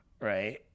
right